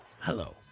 Hello